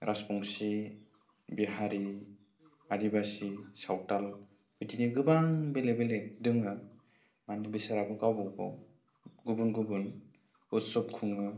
राजबंसि बिहारि आदिबासि सावथाल बिदिनो गोबां बेलेक बेलेक दोङो माने बिसोरहाबो गावबा गाव गुबुन गुबुन उत्सब खुङो